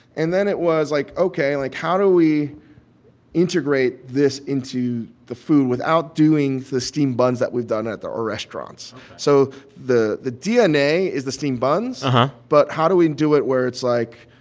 and then it was like, ok. like, how do we integrate this into the food without doing the steamed buns that we've done at our restaurants? so the the dna is the steamed buns. but but how do we do it where it's, like,